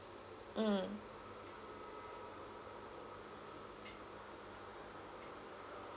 mm